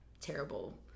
terrible